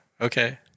Okay